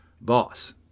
Boss